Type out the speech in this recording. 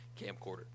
camcorder